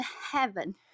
heaven